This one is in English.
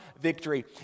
victory